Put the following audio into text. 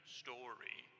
story